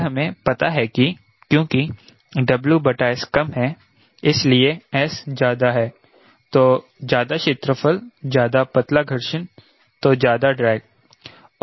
पर हमें पता है कि क्योंकि WS कम है इसलिए S ज्यादा है तो ज्यादा क्षेत्रफल ज्यादा पतला घर्षण तो ज्यादा ड्रैग